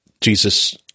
Jesus